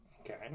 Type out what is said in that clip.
Okay